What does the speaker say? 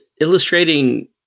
illustrating